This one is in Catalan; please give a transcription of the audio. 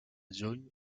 juny